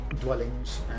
dwellings